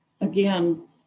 again